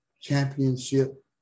championship